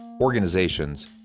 organizations